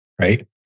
right